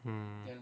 hmm